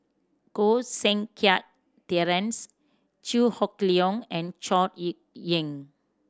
Koh Seng Kiat Terence Chew Hock Leong and Chor Yeok Eng